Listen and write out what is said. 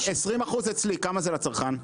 20% אצלי כמה זה לצרכן?